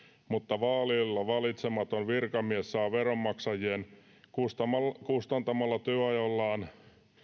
vaaleilla valitsematon virkamies saa veronmaksajien kustantamalla kustantamalla työajallaan